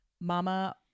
Mama